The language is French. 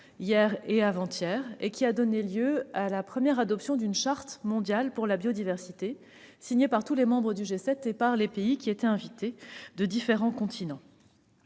hier et avant-hier. Cela a donné lieu à la première adoption d'une charte mondiale pour la biodiversité, signée par tous les membres du G7 et par les pays de différents continents